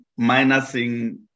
minusing